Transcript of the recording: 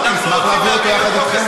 לא, אני אשמח להעביר אותו יחד אתכם.